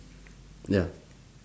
ya